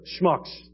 schmucks